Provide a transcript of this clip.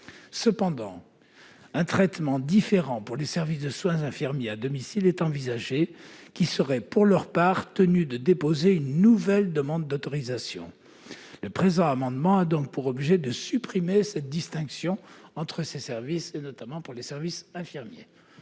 Cependant, un traitement différent pour les services de soins infirmiers à domicile est envisagé. Ces derniers seraient, pour leur part, tenus de déposer une nouvelle demande d'autorisation. Le présent amendement a donc pour objet de supprimer cette distinction entre les services. Quel est l'avis de